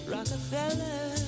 Rockefeller